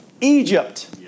Egypt